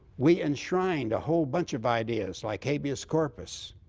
we enshrined a whole bunch of ideas like habeas corpus,